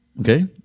okay